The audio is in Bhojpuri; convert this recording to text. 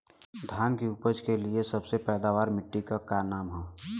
धान की उपज के लिए सबसे पैदावार वाली मिट्टी क का नाम ह?